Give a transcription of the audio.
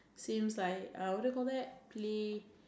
seems like uh what do you call that play